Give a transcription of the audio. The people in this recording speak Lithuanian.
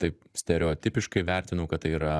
taip stereotipiškai vertinu kad tai yra